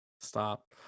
Stop